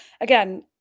again